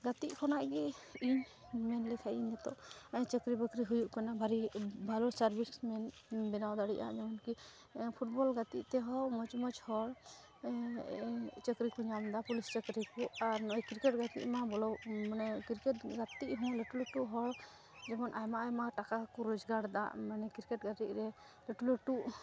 ᱜᱟᱛᱮᱜ ᱠᱷᱚᱱᱟᱜ ᱜᱮ ᱤᱧ ᱢᱮᱱ ᱞᱮᱠᱷᱟᱱᱤᱧ ᱱᱤᱛᱚᱜ ᱪᱟᱹᱠᱨᱤᱼᱵᱟᱹᱠᱨᱤ ᱦᱩᱭᱩᱜ ᱠᱟᱱᱟ ᱥᱟᱨᱵᱷᱤᱥᱢᱮᱱ ᱮᱢ ᱵᱮᱱᱟᱣ ᱫᱟᱲᱮᱭᱟᱜᱼᱟ ᱮᱢᱚᱱᱠᱤ ᱯᱷᱩᱴᱵᱚᱞ ᱜᱟᱛᱮᱜᱛᱮᱦᱚᱸ ᱢᱚᱡᱽᱼᱢᱚᱡᱽ ᱦᱚᱲ ᱪᱟᱹᱠᱨᱤᱠᱚ ᱧᱟᱢᱮᱫᱟ ᱯᱩᱞᱤᱥ ᱪᱟᱹᱠᱨᱤᱠᱚ ᱟᱨ ᱱᱚᱜᱼᱚᱭ ᱠᱨᱤᱠᱮᱴ ᱜᱟᱛᱮᱜᱢᱟ ᱢᱟᱱᱮ ᱠᱨᱤᱠᱮᱴ ᱜᱟᱛᱮᱜᱦᱚᱸ ᱞᱟᱹᱴᱩᱼᱞᱟᱹᱴᱩ ᱦᱚᱲ ᱡᱮᱢᱚᱱ ᱟᱭᱢᱟᱼᱟᱭᱢᱟ ᱴᱟᱠᱟᱦᱚᱸᱠᱚ ᱨᱳᱡᱽᱜᱟᱨᱮᱫᱟ ᱢᱟᱱᱮ ᱠᱴᱨᱤᱠᱮᱴ ᱜᱟᱛᱮᱜᱨᱮ ᱞᱟᱹᱴᱩᱼᱞᱟᱹᱴᱩ